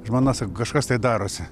žmona sako kažkas tai darosi